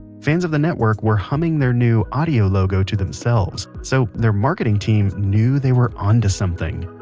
fans of the network were humming their new audio logo to themselves, so their marketing team knew they were onto something